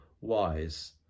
wise